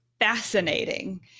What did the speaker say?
fascinating